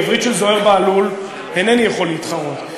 בעברית של זוהיר בהלול איני יכול להתחרות,